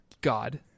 God